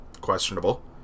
questionable